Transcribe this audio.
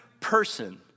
person